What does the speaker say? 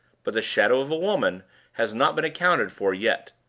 but the shadow of the woman has not been accounted for yet.